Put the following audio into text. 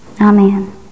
Amen